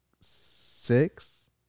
six